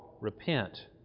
repent